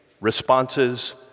responses